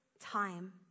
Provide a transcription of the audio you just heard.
time